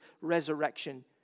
resurrection